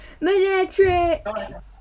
Manetric